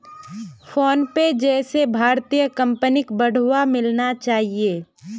PhonePe जैसे भारतीय कंपनिक बढ़ावा मिलना चाहिए